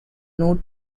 note